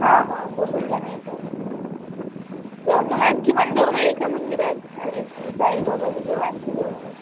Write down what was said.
हा हो बोलून घ्या न याटोवाल्याशी जाऊ न आणखी पण जाऊ न एका मंदिरात एक साईबाबाच्या जाऊ आणखी जाऊ एका